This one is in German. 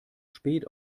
spät